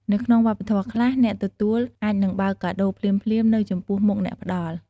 នៅក្នុងវប្បធម៌ខ្លះ អ្នកទទួលអាចនឹងបើកកាដូរភ្លាមៗនៅចំពោះមុខអ្នកផ្តល់។